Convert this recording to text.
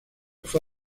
fue